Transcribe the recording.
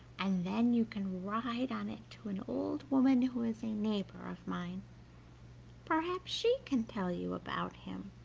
and then you can ride on it to an old woman who is a neighbor of mine perhaps she can tell you about him.